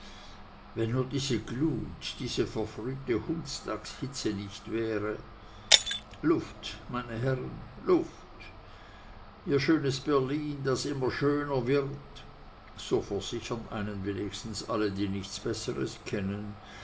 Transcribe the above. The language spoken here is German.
wenn nur diese glut diese verfrühte hundstagshitze nicht wäre luft meine herren luft ihr schönes berlin das immer schöner wird so versichern einen wenigstens alle die nichts besseres kennen